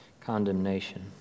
condemnation